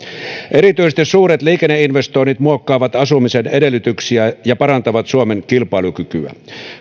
erityisesti suuret liikenneinvestoinnit muokkaavat asumisen edellytyksiä ja parantavat suomen kilpailukykyä